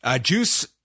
Juice